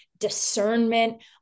discernment